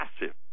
massive